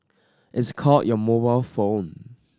it's called your mobile phone